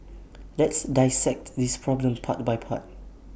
let's dissect this problem part by part